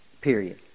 period